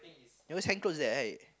you always hang clothes there right